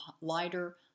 lighter